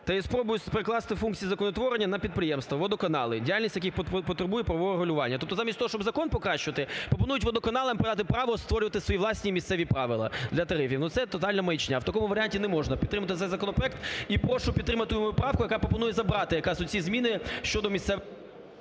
та є спробою перекласти функції законотворення на підприємства, водоканали, діяльність яких потребує правового регулювання. Тобто замість того, щоб закон покращувати, пропонують водоканалам передати право створювати свої власні місцеві правила для тарифів. Ну, це тотальна маячня, в такому варіанті не можна підтримувати цей законопроект. І прошу підтримати мою правку, яка пропонує забрати якраз оці зміни щодо місцевих...